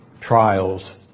trials